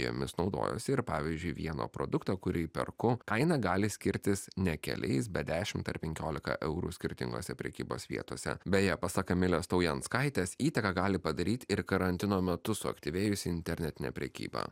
jomis naudojuosi ir pavyzdžiui vieno produkto kurį perku kaina gali skirtis ne keliais bet dešimt ar penkiolika eurų skirtingose prekybos vietose beje pasak kamilės taujanskaitės įtaką gali padaryt ir karantino metu suaktyvėjusi internetinė prekyba